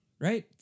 right